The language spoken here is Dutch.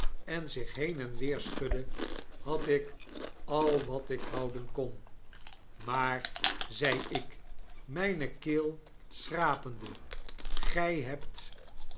en zich heen en weer schudde had ik al wat ik houden kon maar zei ik myne keel schrapende gi hebt